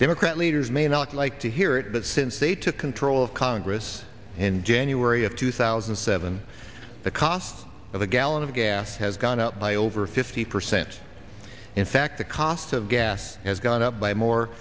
democrat leaders may not like to hear it but since they took control of congress in january of two thousand and seven the cost of a gallon of gas has gone up by over fifty percent in fact the cost of gas has gone up by more